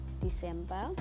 December